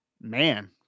Man